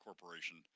Corporation